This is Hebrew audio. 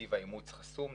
נתיב האימוץ חסום,